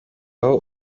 aho